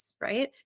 Right